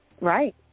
right